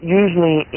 usually